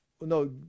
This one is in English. No